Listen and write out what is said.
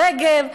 רגב,